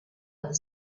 other